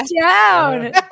down